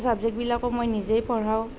চাবজেক্টবিলাকো মই নিজেই পঢ়াওঁ